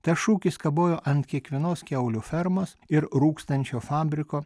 tas šūkis kabojo ant kiekvienos kiaulių fermos ir rūkstančio fabriko